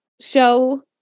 show